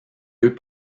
deux